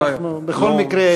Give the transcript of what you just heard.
בכל מקרה,